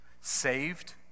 Saved